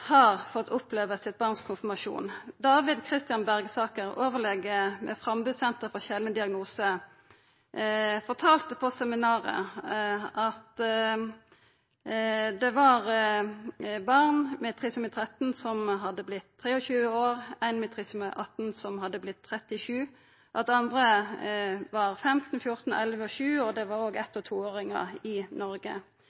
har fått opplevd sitt barns konfirmasjon. David Kristian Bergsaker, overlege ved Frambu, Senter for sjeldne diagnoser, fortalde på seminaret at det var barn med trisomi 13 som hadde vorte 23 år, ein med trisomi 18 som hadde vorte 37 år, og at andre var 15, 14, 11 og